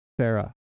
Farah